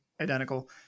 Identical